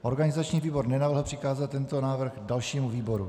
Organizační výbor nenavrhl přikázat tento návrh dalšímu výboru.